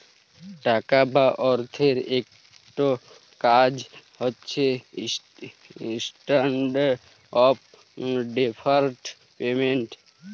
টাকা বা অথ্থের ইকট কাজ হছে ইস্ট্যান্ডার্ড অফ ডেফার্ড পেমেল্ট